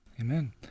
amen